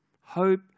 Hope